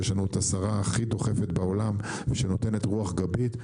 ויש לנו את השרה הכי דוחפת בעולם שנותנת רוח גבית,